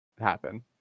happen